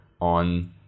on